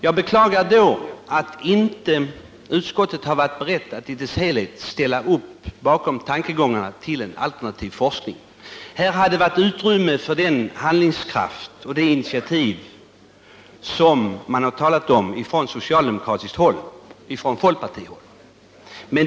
Jag beklagar också att inte utskottet i dess helhet varit berett att ställa upp bakom tankarna på en alternativ forskning. Det hade här funnits utrymme för den handlingskraft och det initiativ som man på socialdemokratiskt håll och folkpartihåll har talat om.